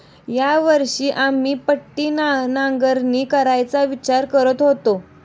या वर्षी आम्ही पट्टी नांगरणी करायचा विचार करत आहोत